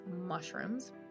mushrooms